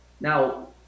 Now